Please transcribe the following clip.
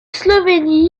slovénie